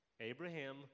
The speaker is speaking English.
Abraham